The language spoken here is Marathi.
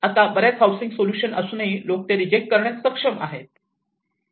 आता बर्याच हाउसिंग सोल्युशन्स असूनही लोक ते रिजेक्ट करण्यास सक्षम आहेत